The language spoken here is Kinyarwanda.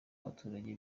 abaturage